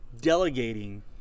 delegating